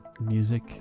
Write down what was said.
music